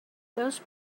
those